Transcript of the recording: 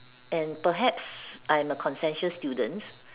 and perhaps I'm a conscientious student